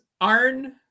Arn